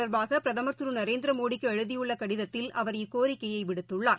தொடர்பாகபிரதமர் திருநரேந்திரமோடிக்குஎழுதியுள்ளகடிதத்தில் இத அவர் இக்கோரிக்கையைவிடுத்துள்ளார்